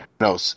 No